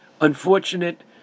unfortunate